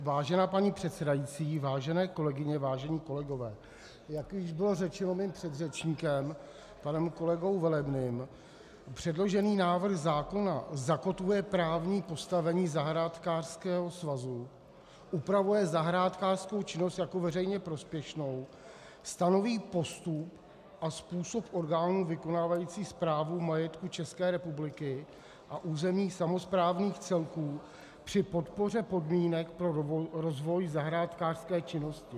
Vážená paní předsedající, vážené kolegyně, vážení kolegové, jak již bylo řečeno mým předřečníkem panem kolegou Velebným, předložený návrh zákona zakotvuje právní postavení zahrádkářského svazu, upravuje zahrádkářskou činnost jako veřejně prospěšnou, stanoví postup a způsob orgánů vykonávajících správu majetku České republiky a územních samosprávných celků při podpoře podmínek pro rozvoj zahrádkářské činnosti.